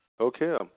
Okay